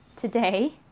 today